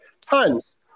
Tons